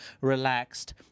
relaxed